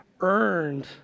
earned